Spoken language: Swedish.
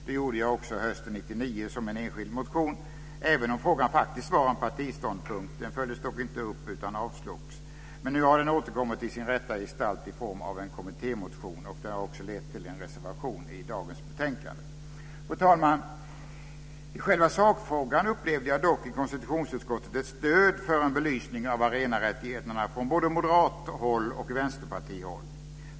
Det gjorde jag också hösten 1999 i form av en enskild motion - även om frågan faktiskt var en partiståndpunkt. Den följdes dock inte upp utan avslogs. Nu har den återkommit i sin rätta gestalt i form av en kommittémotion, som också har lett till en reservation i dagens betänkande. Fru talman! I själva sakfrågan upplevde jag dock i konstitutionsutskottet ett stöd för en belysning av arenarättigheterna från både moderat och vänsterpartihåll.